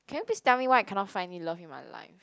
can you please tell me why I cannot find any love in my life